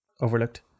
overlooked